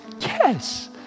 yes